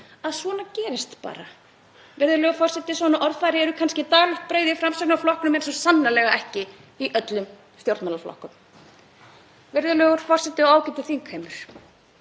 að svona gerist bara. Virðulegur forseti. Svona orðfæri er kannski daglegt brauð í Framsóknarflokknum en svo er sannarlega ekki í öllum stjórnmálaflokkum. Virðulegur forseti og ágæti þingheimur.